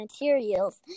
materials